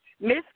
Miss